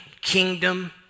kingdom